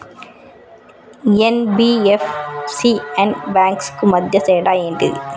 NBFC and banks కు మధ్య తేడా ఏంటిది?